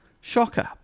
Shocker